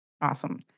Awesome